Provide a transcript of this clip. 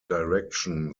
direction